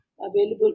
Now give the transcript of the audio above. available